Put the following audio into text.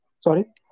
Sorry